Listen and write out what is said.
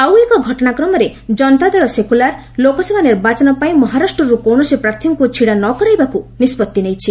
ଆଉ ଏକ ଘଟଣାକ୍ରମରେ ଜନତା ଦଳ ସେକୁଲାର୍ ଲୋକସଭା ନିର୍ବାଚନ ପାଇଁ ମହାରାଷ୍ଟ୍ରରୁ କୌଣସି ପ୍ରାର୍ଥୀଙ୍କୁ ଛିଡ଼ା ନ କରାଇବାକୁ ନିଷ୍ପଭି ନେଇଛି